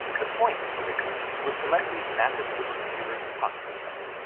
the point, originally, was to let these massive supercomputers talk to each other.